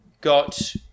got